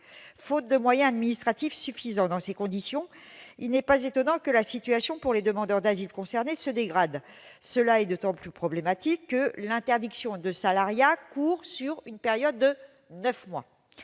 faute de moyens administratifs suffisants. Dans ces conditions, il n'est pas étonnant que la situation des demandeurs d'asile concernés se dégrade. C'est d'autant plus problématique que l'interdiction de salariat court sur une période de neuf mois.